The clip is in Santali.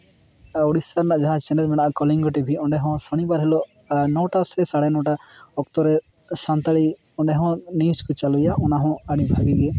ᱟᱨ ᱳᱲᱤᱥᱟ ᱨᱮᱱᱟᱜ ᱡᱟᱦᱟᱸ ᱪᱮᱱᱮᱞ ᱦᱮᱱᱟᱜᱼᱟ ᱠᱚᱞᱤᱝᱜᱚ ᱴᱤᱵᱷᱤ ᱚᱸᱰᱮ ᱦᱚᱸ ᱥᱚᱱᱤᱵᱟᱨ ᱦᱤᱞᱳᱜ ᱱᱚ ᱴᱟ ᱥᱮ ᱥᱟᱲᱮ ᱱᱚ ᱴᱟ ᱚᱠᱛᱚ ᱨᱮ ᱥᱟᱱᱛᱟᱲᱤ ᱚᱸᱰᱮ ᱦᱚᱸ ᱱᱤᱭᱩᱡᱽ ᱠᱚ ᱪᱟᱹᱞᱩᱭᱟ ᱚᱱᱟ ᱦᱚᱸ ᱟᱹᱰᱤ ᱵᱷᱟᱜᱮ ᱜᱮ